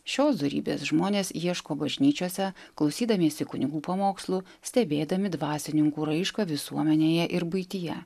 šios dorybės žmonės ieško bažnyčiose klausydamiesi kunigų pamokslų stebėdami dvasininkų raišką visuomenėje ir buityje